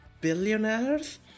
billionaires